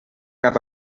cap